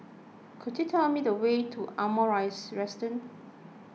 could you tell me the way to Ardmore Residence